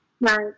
right